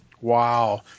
Wow